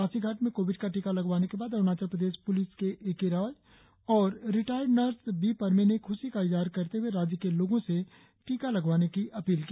पासीघाट में कोविड का टीका लगवाने के बाद अरूणाचल प्रदेश प्लिस के A K Roy retired nurse बीपरमे ने ख्शी का इजहार करते हए राज्य के लोगों से टीका लगवाने की अपील की